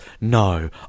No